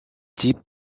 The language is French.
types